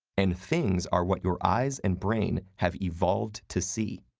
and things are what your eyes and brain have evolved to see.